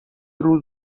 روز